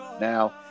now